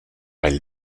weil